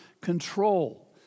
control